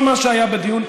כל מה שהיה בדיון,